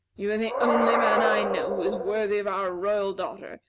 you are the only man i know who is worthy of our royal daughter,